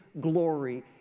glory